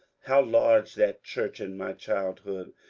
how large that church in my childhood,